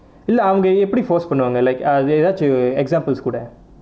இல்லை அவங்க எப்படி:illai avanga eppadi force பண்ணுவாங்க:pannuvaanga like ஏதாச்சோ:ethaacho examples கூட:kuda